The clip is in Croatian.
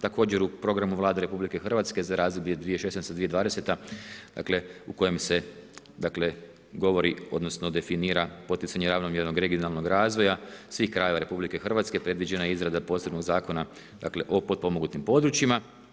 Također u programu Vlade RH za razdoblje 2016.-2020. dakle, u kojem se dakle, govori odnosno definira poticanje ravnomjernog regionalnog razvoja svih krajeva RH predviđena je izrada posebnog Zakona o potpomognutim područjima.